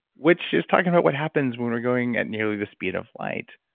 which is talking about what happens when we're going at nearly the speed of light.